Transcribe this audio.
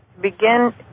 begin